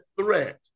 threat